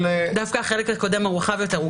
דווקא החלק הקודם רחב יותר,